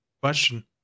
question